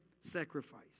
sacrifice